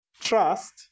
trust